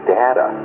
data